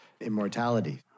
immortality